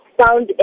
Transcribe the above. found